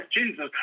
Jesus